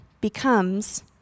becomes